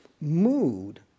mood